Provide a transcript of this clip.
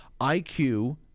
IQ